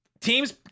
teams